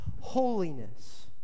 holiness